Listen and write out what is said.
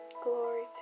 Glory